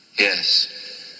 Yes